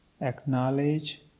acknowledge